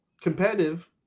Competitive